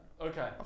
Okay